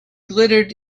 glittered